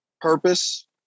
purpose